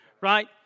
right